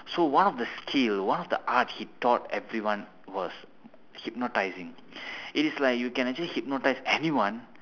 so one of the skill one of the art he taught everyone was hypnotising it is like you can actually hypnotise anyone